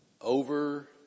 over